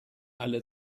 alle